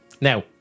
Now